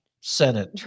senate